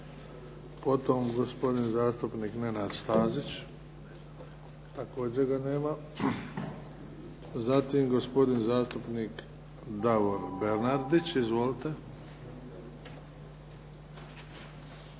Potom gospodin zastupnik Nenad Stazića. Također ga nema. Zatim gospodin zastupnik Davor Bernardić. Izvolite.